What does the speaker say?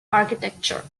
architecture